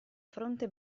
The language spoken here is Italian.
fronte